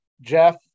Jeff